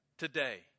Today